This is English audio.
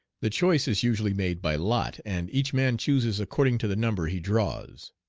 the choice is usually made by lot, and each man chooses according to the number he draws.